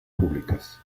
públicas